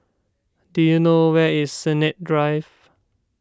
do you know where is Sennett Drive